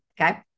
Okay